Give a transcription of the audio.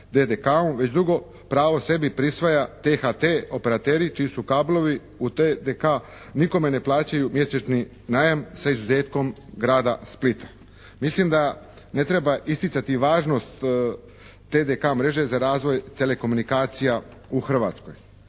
već drugo pravo sebi prisvaja THT operateri čiji su kablovi u TDK. Nikome ne plaćaju mjesečni najam s izuzetkom Grada Splita. Mislim da ne treba isticati važnost TDK mreže za razvoj telekomunikacija u Hrvatskoj.